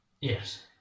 yes